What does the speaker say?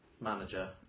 manager